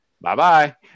bye-bye